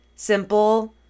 simple